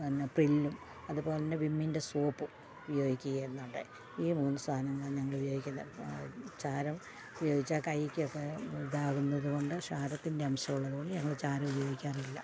പ്രില്ലും അതു പോലെ തന്നെ വിമ്മിൻ്റെ സോപ്പും ഉപയോഗിക്കുക എന്നുണ്ട് ഈ മൂന്നു സാധനങ്ങളും ഞങ്ങൾ ഉപയോഗിക്കുന്നത് ചാരം ഉപയോഗിച്ച കൈക്കൊക്കെ ഇതാകുന്നതു കൊണ്ട് ചാരത്തിൻ്റെ അംശമുള്ളതു കൊണ്ട് ഞങ്ങൾ ചാരം ഉപയോഗിക്കാറില്ല